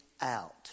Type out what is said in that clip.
out